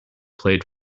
played